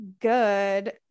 good